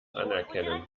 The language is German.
anerkennen